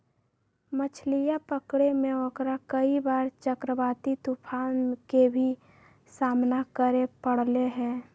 मछलीया पकड़े में ओकरा कई बार चक्रवाती तूफान के भी सामना करे पड़ले है